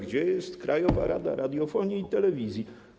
Gdzie jest Krajowa Rada Radiofonii i Telewizji?